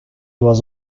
was